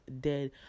Dead